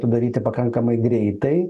padaryti pakankamai greitai